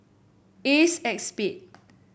Acexpade